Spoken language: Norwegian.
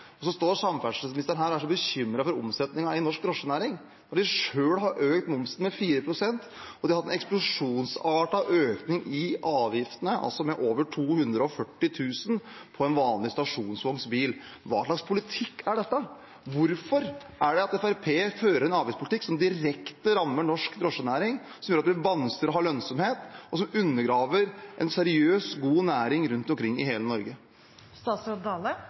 Så står samferdselsministeren her og er så bekymret for omsetningen i norsk drosjenæring, når de selv har økt momsen med 4 pst. og hatt en eksplosjonsartet økning i avgiftene, med over 240 000 kr på en vanlig stasjonsvognbil. Hva slags politikk er dette? Hvorfor fører Fremskrittspartiet en avgiftspolitikk som direkte rammer norsk drosjenæring, som gjør at det blir vanskeligere å ha lønnsomhet, og som undergraver en seriøs og god næring rundt omkring i hele